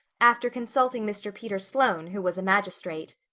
after consulting mr. peter sloane, who was a magistrate.